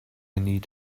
need